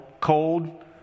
cold